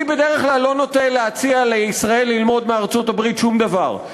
אני בדרך כלל לא נוטה להציע לישראל ללמוד מארצות-הברית שום דבר,